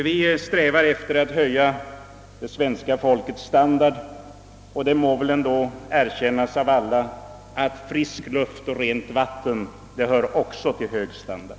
Vi strävar efter att höja svenska folkets standard, och det måste väl ändå erkännas av alla att frisk luft och rent vatten också hör till hög standard.